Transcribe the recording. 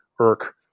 irk